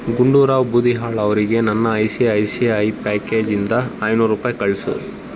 ಗುಂಡೂರಾವ್ ಬೂದಿಹಾಳ್ ಅವರಿಗೆ ನನ್ನ I C I C I ಪ್ಯಾಕೇಜಿಂದ ಐನೂರು ರೂಪಾಯಿ ಕಳಿಸು